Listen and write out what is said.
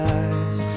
eyes